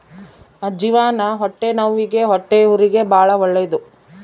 ಅಜ್ಜಿವಾನ ಹೊಟ್ಟೆನವ್ವಿಗೆ ಹೊಟ್ಟೆಹುರಿಗೆ ಬಾಳ ಒಳ್ಳೆದು